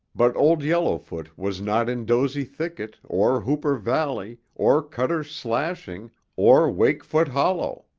but old yellowfoot was not in dozey thicket or hooper valley or cutter's slashing or wakefoot hollow.